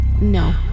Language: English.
No